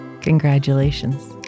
Congratulations